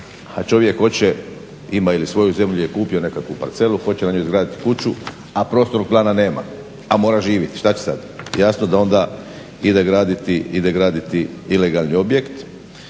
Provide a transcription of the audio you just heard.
a čovjek hoće ima ili svoju zemlju je kupio nekakvu parcelu, hoće na njoj izgraditi kuću a prostornog plana nema, a mora živit. Šta će sad? Jasno da onda ide graditi ilegalni objekt